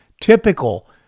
typical